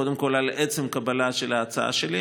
קודם כול על עצם קבלת ההצעה שלי.